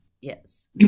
Yes